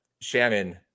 Shannon